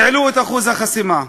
העלו את אחוז החסימה,